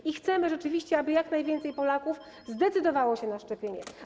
I chcemy, rzeczywiście, aby jak najwięcej Polaków zdecydowało się na szczepienie.